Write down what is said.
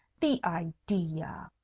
the idea!